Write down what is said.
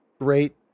great